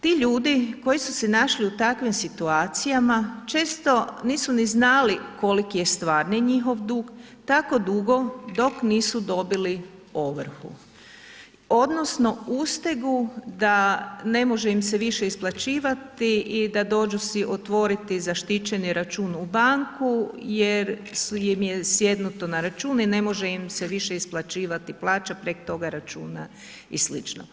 Ti ljudi koji su se našli u takvim situacijama često nisu ni znali koliki je stvarni njihov dug tako dugo dok nisu dobili ovrhu odnosno ustegu da ne može im se više isplaćivati i da dođu si otvoriti zaštićeni račun u banku jer im je sjednuto na račun i ne može im se više isplaćivati plaća preko toga računa i sl.